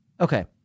okay